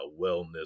wellness